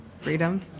Freedom